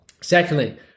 Secondly